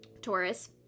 Taurus